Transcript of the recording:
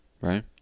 right